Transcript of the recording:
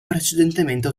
precedentemente